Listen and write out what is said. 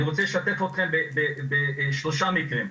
אני רוצה לשתף אתכם בשלושה מקרים.